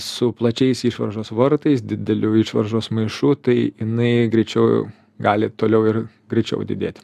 su plačiais išvaržos vartais dideliu išvaržos maišu tai jinai greičiau jau gali toliau ir greičiau didėti